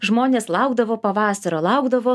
žmonės laukdavo pavasario laukdavo